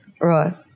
Right